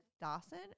Dawson